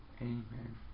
Amen